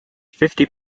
fifty